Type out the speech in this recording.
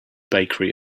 bakery